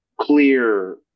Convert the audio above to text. clear